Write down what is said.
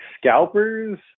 scalpers